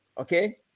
okay